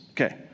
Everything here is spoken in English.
Okay